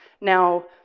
now